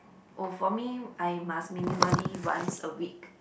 oh for me I must minimally once a week